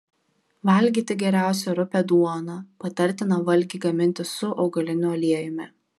valgyti geriausia rupią duoną patartina valgį gaminti su augaliniu aliejumi